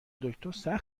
دکتر